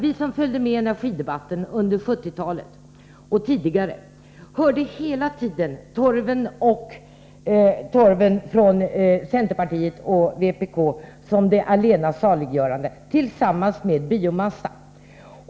Vi som följde med i energidebatten under 1970-talet och tidigare hörde hela tiden från centerpartiet och vpk att det var torven som var det allena saliggörande tillsammans med biomassa.